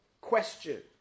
Question